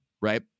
right